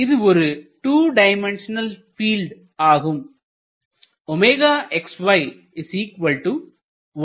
இது ஒரு 2 dimensional field ஆகும்